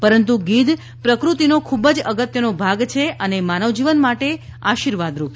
પરંતુ ગીધ પ્રકૃતિનો ખૂબ જ અગત્યનો ભાગ છે અને માનવ જીવન માટે આશિર્વાદ રૂપ છે